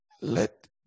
Let